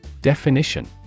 Definition